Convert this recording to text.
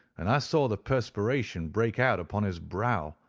and i saw the perspiration break out upon his brow,